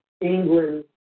England